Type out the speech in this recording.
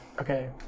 Okay